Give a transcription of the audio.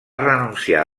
renunciar